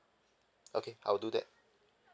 okay I'll do that